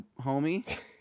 homie